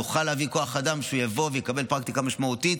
תוכל להביא כוח אדם שיבוא ויקבל פרקטיקה משמעותית,